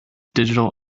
digital